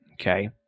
okay